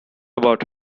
about